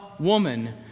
woman